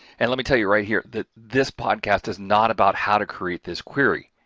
and let me tell you right here that this podcast is not about how to create this query,